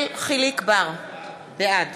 בעד